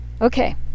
Okay